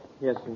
Yes